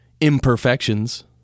imperfections